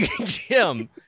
Jim